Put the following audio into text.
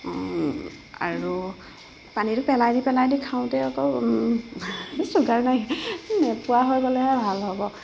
আৰু পানীটো পেলাই দি পেলাই দি খাওঁতে আকৌ ছুগাৰ বাঢ়ি নোপোৱা হৈ গ'লেহে ভাল হ'ব